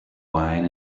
wine